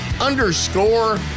underscore